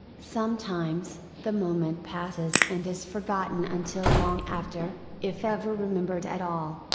sometimes, the moment passes and is forgotten until long after, if ever remembered at all.